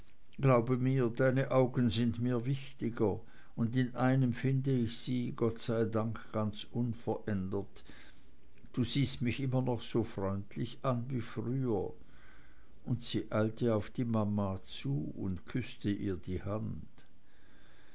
glaube mir deine augen sind mir wichtiger und in einem finde ich sie gott sei dank ganz unverändert du siehst mich immer noch so freundlich an wie früher und sie eilte auf die mama zu und küßte ihr die hand